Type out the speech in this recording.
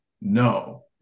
no